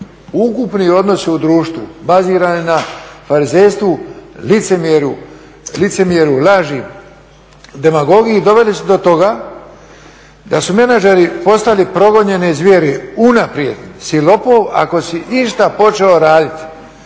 ukupni odnosi u društvu bazirani na farizejstvu, licemjerju, laži, demagogiji, doveli su do toga da su menadžeri postali progonjene zvijeri. Unaprijed si lopov ako si išta počeo raditi.